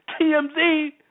TMZ